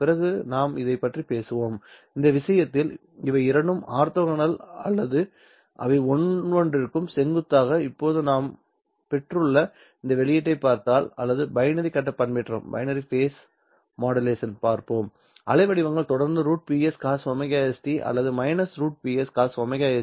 பிறகு நாம் இதைப் பற்றி பேசுவோம் அந்த விஷயத்தில் இவை இரண்டும் ஆர்த்தோகனல் அல்லது அவை ஒவ்வொன்றிற்கும் செங்குத்தாக இப்போது நாம் பெற்றுள்ள இந்த வெளிப்பாட்டைப் பார்த்தால் அல்லது பைனரி கட்ட பண்பேற்றத்தை பார்ப்போம் அலைவடிவங்கள் தொடர்ந்து √Ps cos ωst அல்லது −√Ps cos ωst